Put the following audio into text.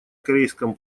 корейском